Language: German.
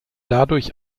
dadurch